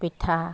পিঠা